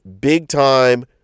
big-time